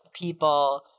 people